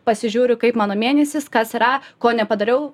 pasižiūriu kaip mano mėnesis kas yra ko nepadariau